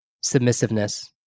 submissiveness